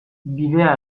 bidea